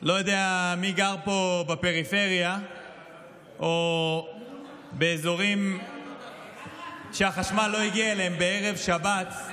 לא יודע מי פה גר בפריפריה או באזורים שהחשמל לא הגיע אליהם בערב שבת,